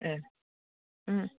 दे